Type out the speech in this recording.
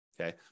Okay